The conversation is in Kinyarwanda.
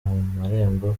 marembo